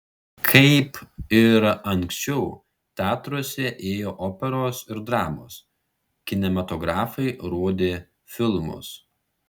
kaip ir anksčiau teatruose ėjo operos ir dramos kinematografai rodė filmus